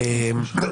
אצלנו.